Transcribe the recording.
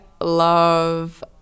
love